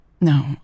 No